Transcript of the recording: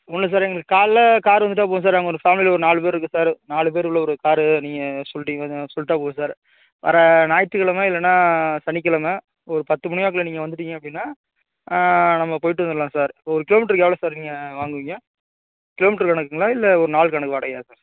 ஒன்றுல்ல சார் எங்களுக்கு காலைல கார் வந்துவிட்டா போதும் சார் நாங்கள் ஒரு ஃபேமிலியில ஒரு நாலு பேர் இருக்கோம் சார் நாலு பேர் உள்ள ஒரு காரு நீங்கள் சொல்விடிங்கன்னா சொல்விட்டா போதும் சார் வர ஞாயித்துக்கிழமை இல்லைனா சனிக்கிழமை ஒரு பத்து மணியாப்புல நீங்கள் வந்துவிட்டிங்க அப்படின்னா நம்ம போய்விட்டு வந்துரலாம் சார் ஒரு கிலோமீட்டருக்கு எவ்வளோ சார் நீங்கள் வாங்குவீங்க கிலோமீட்டரு கணக்குங்களா இல்லை ஒரு நாள் கணக்கு வாடகையாக சார்